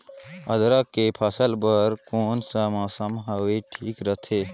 अदरक के फसल बार कोन सा मौसम हवे ठीक रथे?